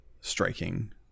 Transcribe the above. striking